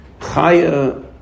Chaya